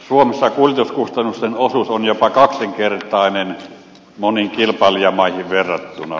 suomessa kuljetuskustannusten osuus on jopa kaksinkertainen moniin kilpailijamaihin verrattuna